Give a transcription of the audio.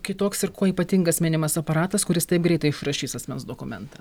kitoks ir kuo ypatingas minimas aparatas kuris taip greitai išrašys asmens dokumentą